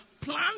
Plan